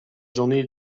journée